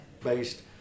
based